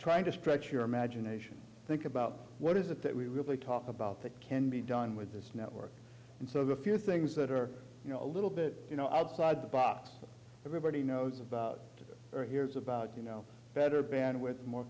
trying to stretch your imagination think about what is it that we really talk about that can be done with this network and so the few things that are you know a little bit you know outside the box everybody knows about or hears about you know better bandwidth more